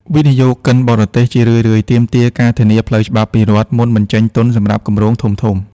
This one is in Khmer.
វិនិយោគិនបរទេសជារឿយៗទាមទារការធានាផ្លូវច្បាប់ពីរដ្ឋ មុនបញ្ចេញទុនសម្រាប់គម្រោងធំៗ។